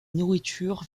nourriture